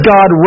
God